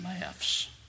laughs